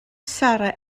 sarra